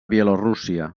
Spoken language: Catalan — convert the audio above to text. bielorússia